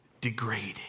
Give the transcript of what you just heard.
degraded